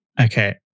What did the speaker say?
Okay